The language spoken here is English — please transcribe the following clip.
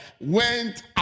went